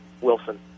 Wilson